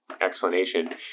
explanation